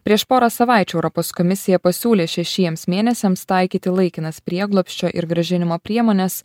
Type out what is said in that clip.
prieš porą savaičių europos komisija pasiūlė šešiems mėnesiams taikyti laikinas prieglobsčio ir grąžinimo priemones